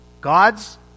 God's